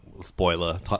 spoiler